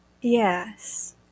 Yes